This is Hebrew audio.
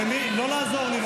מנוול.